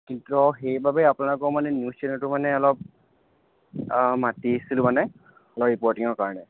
কিন্তু অঁ সেইবাবেই আপোনালোকৰ মানে নিউজ চেনেলটো মানে অলপ মাতিছিলোঁ মানে অলপ ৰিপৰ্টিঙৰ কাৰণে